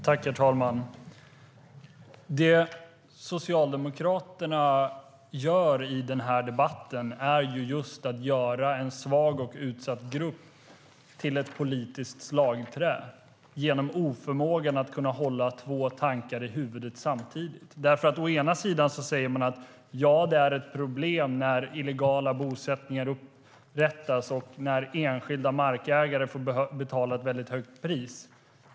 Herr talman! Socialdemokraterna gör i den här debatten en svag och utsatt grupp till ett politiskt slagträ genom oförmågan att hålla två tankar i huvudet samtidigt.Å ena sidan säger man att det är ett problem när illegala bosättningar upprättas och enskilda markägare får betala ett mycket högt pris.